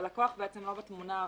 הלקוח בעצם לא בתמונה.